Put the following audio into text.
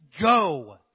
go